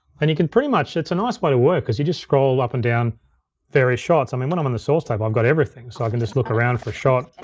and you can pretty much, it's a nice way to work cause you just scroll up and down various shots. i mean, when i'm in the source tape, i've got everything. so i can just look around for a shot,